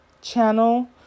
channel